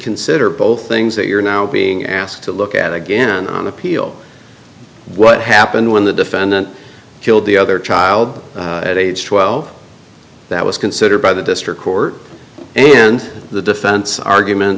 consider both things that you're now being asked to look at again on appeal what happened when the defendant killed the other child at age twelve that was considered by the district court and the defense argument